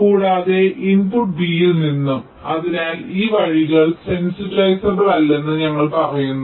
കൂടാതെ input b ൽ നിന്നും അതിനാൽ ഈ വഴികൾ സെൻസിറ്റൈസാബ്ലെ അല്ലെന്ന് ഞങ്ങൾ പറയുന്നു